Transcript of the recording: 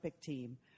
team